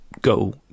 go